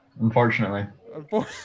unfortunately